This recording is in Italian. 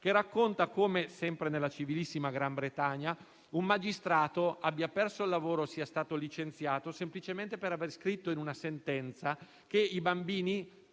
racconta come, sempre nella civilissima Gran Bretagna, un magistrato abbia perso il lavoro e sia stato licenziato semplicemente per aver scritto in una sentenza che i bambini,